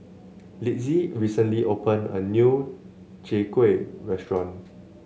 Litzy recently opened a new Chai Kueh restaurant